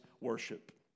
Worship